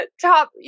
Top